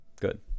good